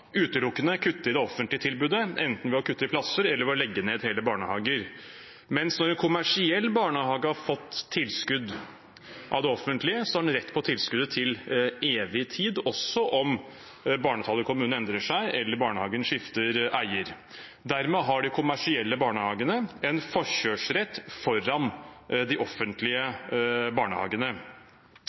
utelukkende kutte i det offentlige tilbudet, enten ved å kutte i plasser eller ved å legge ned hele barnehager, mens når en kommersiell barnehage har fått tilskudd fra det offentlige, har den rett på tilskuddet til evig tid, også om barnetallet i kommunen endrer seg eller barnehagen skifter eier. Dermed har de kommersielle barnehagene en forkjørsrett foran de offentlige barnehagene.